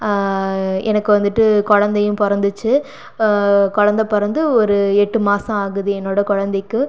எனக்கு வந்துட்டு குழந்தையும் பிறந்துச்சு கொழந்தை பிறந்து ஒரு எட்டு மாசம் ஆகுது என்னோடய குழந்தைக்கு